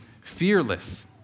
fearless